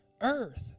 earth